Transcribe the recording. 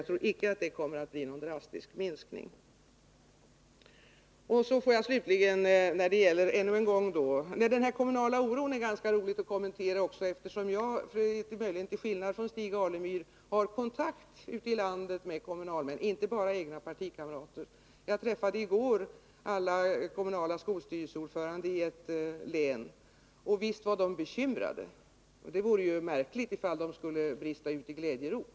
Jag tror icke att det kommer att bli fråga om någon drastisk minskning. När det gäller talet om den oro som finns i kommunerna skulle det vara roligt om också jag fick kommentera detta något, eftersom jag, möjligen till skillnad från Stig Alemyr, har kontakt med kommunalmän ute i landet, och det gäller då inte bara kommunalmän som är mina partikamrater. Jag träffadet.ex. i går alla kommunala skolstyrelseordförande i ett län. Och visst var de bekymrade. Det vore ju märkligt ifall de skulle brista ut i glädjerop.